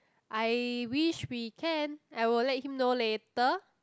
I wish we can I will let him know later